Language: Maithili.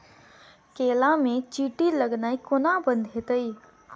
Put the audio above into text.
केला मे चींटी लगनाइ कोना बंद हेतइ?